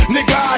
Nigga